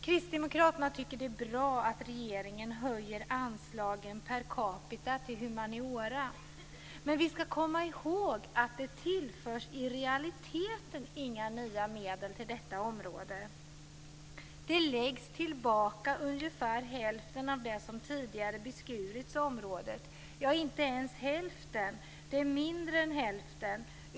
Kristdemokraterna tycker att det är bra att regeringen höjer anslagen per capita till humaniora. Men vi ska komma ihåg att det i realiteten inte tillförs några medel till detta område. Det läggs tillbaka ungefär hälften av det som tidigare beskurits området, inte ens hälften.